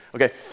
okay